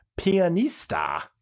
Pianista